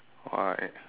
why